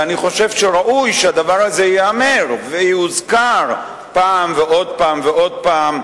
ואני חושב שראוי שהדבר הזה ייאמר ויוזכר פעם ועוד פעם,